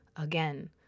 Again